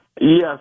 Yes